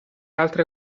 altri